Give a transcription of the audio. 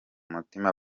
mutima